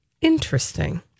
Interesting